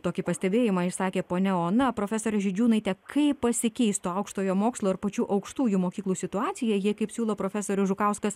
tokį pastebėjimą išsakė ponia ona profesore žydžiūnaite kaip pasikeistų aukštojo mokslo ir pačių aukštųjų mokyklų situacija jei kaip siūlo profesorius žukauskas